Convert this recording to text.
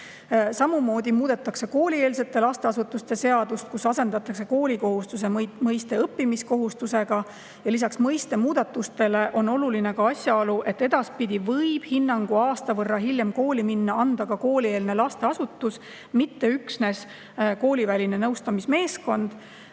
Samamoodi muudetakse koolieelse lasteasutuse seadust, kus asendatakse koolikohustuse mõiste õppimiskohustusega. Lisaks mõiste muutmisele on oluline ka asjaolu, et edaspidi võib hinnangu, mis lubab lapsel aasta võrra hiljem kooli minna, anda ka koolieelne lasteasutus, mitte üksnes kooliväline nõustamismeeskond.